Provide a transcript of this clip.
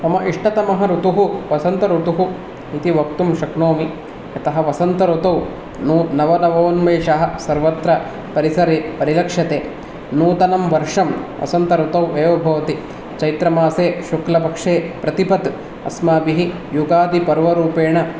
मम इष्टतमः ऋतुः वसन्तऋतुः इति वक्तुं शक्नोमि अतः वसन्तऋतौ नू नवनवोन्मेषः सर्वत्र परिसरे परिलक्षते नूतनं वर्षं वसन्तऋतौ एव भवति चैत्रमासे शुक्लपक्षे प्रतिपत् अस्माभिः युगादिपर्वरूपेण